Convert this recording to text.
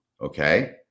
okay